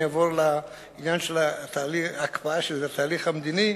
אעבור לעניין של הקפאת התהליך המדיני,